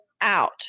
out